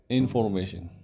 information